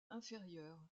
inférieur